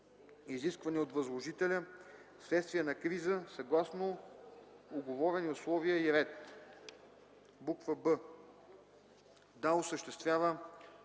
изисквани от възложителя вследствие на криза, съгласно уговорени условия и ред; б) да осъществява